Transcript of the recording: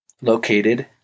located